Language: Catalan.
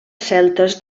celtes